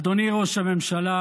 אדוני ראש הממשלה,